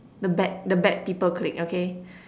the bad the bad people clique okay